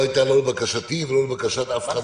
הוא לא היה לבקשתי או לבקשת אף אחת